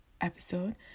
episode